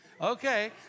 Okay